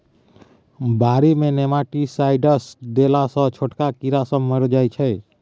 बारी मे नेमाटीसाइडस देला सँ छोटका कीड़ा सब मरि जाइ छै